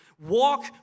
walk